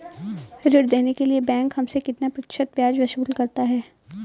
ऋण देने के लिए बैंक हमसे कितना प्रतिशत ब्याज वसूल करता है?